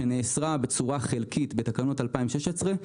שנאסרה בצורה חלקית בתקנות מ-2016,